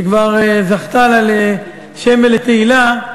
שכבר זכתה לה לשם ולתהילה,